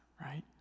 right